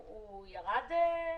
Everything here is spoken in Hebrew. הוא ירד?